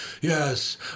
Yes